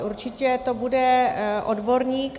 Určitě to bude odborník.